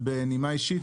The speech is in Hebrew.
בנימה אישית,